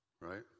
right